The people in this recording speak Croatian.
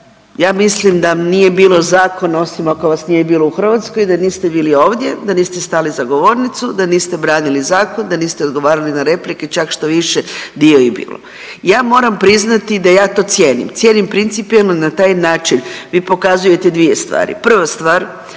ja mislim da nije bilo zakona osim ako vas nije bilo u Hrvatskoj da niste bili ovdje, da niste stali za govornicu, da niste branili zakon, da niste odgovarali na replike čak štoviše … bilo. Ja moram priznati da ja to cijenim, cijenim principijelno na taj način vi pokazujete dvije stvari. Prva stvar